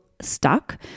stuck